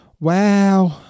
Wow